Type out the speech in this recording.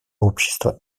общество